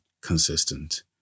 consistent